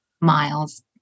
miles